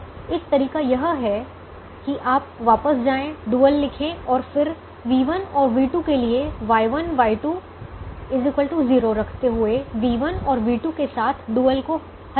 तो एक तरीका यह है कि आप वापस जाएं डुअल लिखें और फिर v1 और v2 के लिए Y1 Y2 0 रखते हुए v1 और v2 के साथ डुअल को हल करने का प्रयास करें